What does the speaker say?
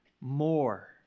more